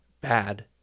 bad